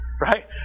right